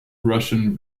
russian